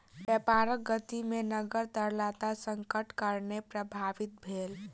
व्यापारक गति में नकद तरलता संकटक कारणेँ प्रभावित भेल